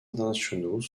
internationaux